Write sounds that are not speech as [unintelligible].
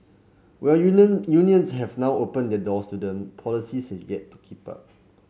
while [unintelligible] unions have now opened their doors to them policies yet to keep up